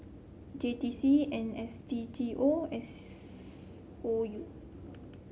J T C N S D G O and S O U